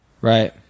Right